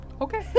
Okay